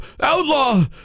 outlaw